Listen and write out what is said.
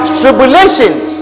tribulations